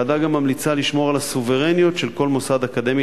הוועדה גם ממליצה לשמור על הסוברניות של כל מוסד אקדמי